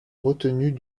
retenue